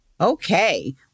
Okay